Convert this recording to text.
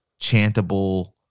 chantable